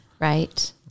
Right